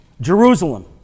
Jerusalem